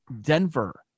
Denver